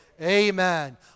Amen